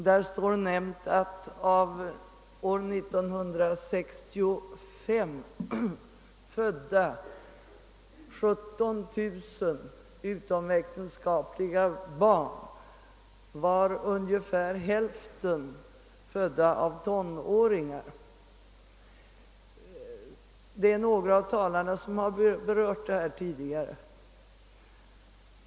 Där nämns att ungefär hälften av de 17 000 utomäktenskapliga barn som föddes 1965 var födda av tonåringar. Några av talarna har berört detta tidigare.